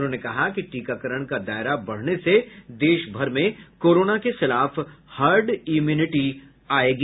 उन्होंने कहा कि टीकाकरण का दायरा बढ़ने से देश भर में कोरोना के खिलाफ हर्ड इम्यूनिटी आयेगी